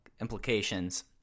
implications